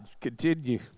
continue